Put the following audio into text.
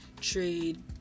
trade